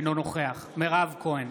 אינו נוכח מירב כהן,